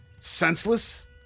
Senseless